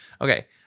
Okay